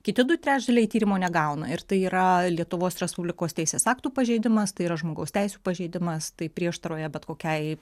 kiti du trečdaliai tyrimo negauna ir tai yra lietuvos respublikos teisės aktų pažeidimas tai yra žmogaus teisių pažeidimas tai prieštarauja bet kokiai